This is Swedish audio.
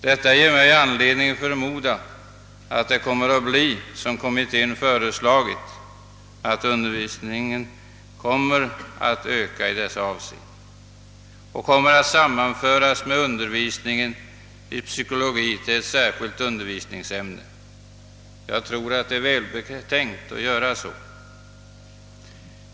Detta ger mig anledning förmoda att det kommer att bli så som kommittén föreslagit, d.v.s. att undervisningen kommer att utökas i dessa avseenden och kommer att sammanföras med undervisningen i psykologi till ett särskilt undervisningsämne. Jag tror att detta är välbetänkta åtgärder.